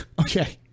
Okay